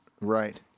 Right